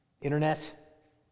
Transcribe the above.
internet